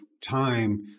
time